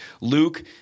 Luke